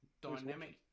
dynamic